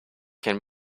can